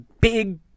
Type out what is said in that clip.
big